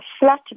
flat